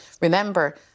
Remember